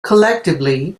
collectively